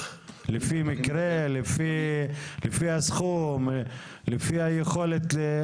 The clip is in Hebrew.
לפי מקרה, לפי הסכום, לפי היכולת?